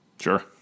Sure